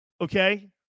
okay